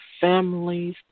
families